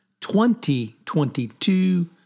2022